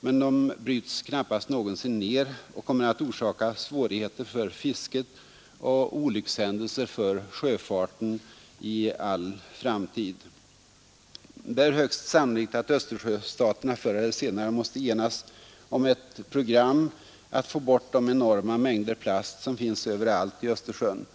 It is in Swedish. men de bryts knappast någonsin ner och kommer att orsaka svårigheter för fisket och olyckshändelser för sjöfarten i all framtid. Det är högst sannolikt att Östersjöstaterna förr eller senare måste enas om ett program för att få bort de enorma mängder plast som finns överallt i Östersjön.